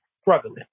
struggling